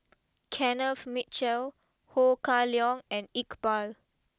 Kenneth Mitchell Ho Kah Leong and Iqbal